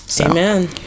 Amen